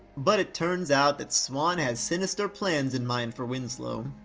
but it turns out that swan has sinister plans in mind for winslow.